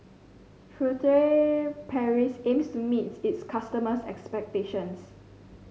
Furtere Paris aims to meet its customers' expectations